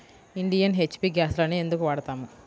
Indian, HP గ్యాస్లనే ఎందుకు వాడతాము?